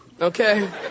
okay